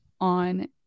on